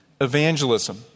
evangelism